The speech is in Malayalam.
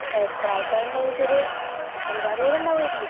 എത്ര ആൾക്കാർ ഉണ്ടെന്ന് വെച്ചാൽ ഒരു അഞ്ച് ആറ് പേർ ഉണ്ടാവുമായിരിക്കും